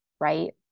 right